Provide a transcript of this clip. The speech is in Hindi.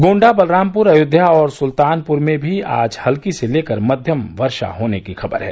गोंडा बलरामपुर अयोध्या और सुल्तानपुर में भी आज हल्की से लेकर मध्यम वर्षा होने की खबर है